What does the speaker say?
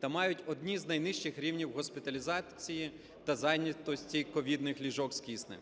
та мають одні з найнижчих рівнів госпіталізації та зайнятості ковідних ліжок з киснем.